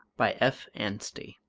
by f. anstey